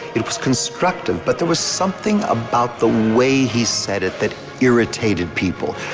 it was constructive. but there was something about the way he said it that irritated people.